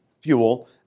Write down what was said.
fuel